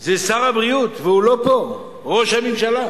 זה שר הבריאות והוא לא פה, ראש הממשלה.